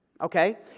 Okay